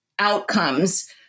outcomes